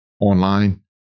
Online